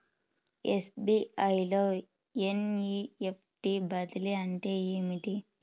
SBI లో NEFT బదిలీ అంటే ఏమిటి?